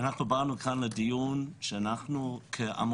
ובאנו היום לעזור ולתרום את הידע שלנו של חינוך לבטיחות הים מכל העולם.